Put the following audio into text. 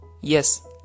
Yes